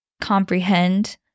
comprehend